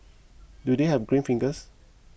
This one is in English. do they have green fingers